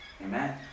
Amen